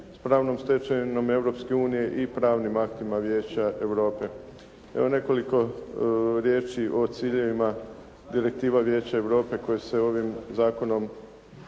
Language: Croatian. s pravnom stečevinom Europske unije i pravnim aktima Vijeća Europe. Evo nekoliko riječi o ciljevima direktiva Vijeća Europe koji se ovim zakonom